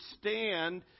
stand